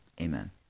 Amen